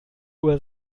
uhr